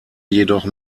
jedoch